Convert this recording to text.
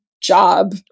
job